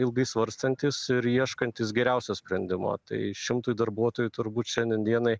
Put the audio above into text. ilgai svarstantys ir ieškantys geriausio sprendimo tai šimtui darbuotojų turbūt šiandien dienai